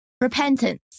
Repentance